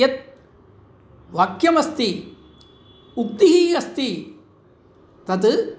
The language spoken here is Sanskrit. यत् वाक्यमस्ति उक्तिः अस्ति तत्